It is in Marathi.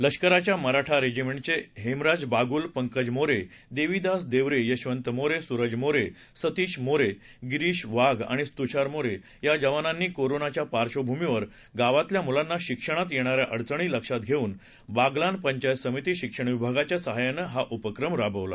लष्कराच्या मराठा रेजिमेंटचे हेमराज बागुल पंकज मोरे देविदास देवरे यशवंत मोरे सूरज मोरे सतीश मोरे गिरीश वाघ आणि तुषार मोरे या जवानांनी कोरोनाच्या पार्श्वभूमीवर गावातल्या मुलांना शिक्षणात येणाऱ्या अडचणी लक्षात घेऊन बागलान पंचायत समिती शिक्षण विभागाच्या सहाय्यानं हा उपक्रम राबवला